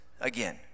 again